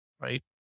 right